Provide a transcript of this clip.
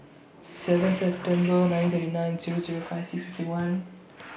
seven September nineteen thirty nine Zero Zero five six fifty one